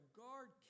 guard